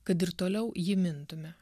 kad ir toliau jį mintume